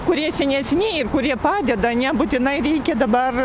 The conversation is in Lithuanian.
kurie senesni ir kurie padeda nebūtinai reikia dabar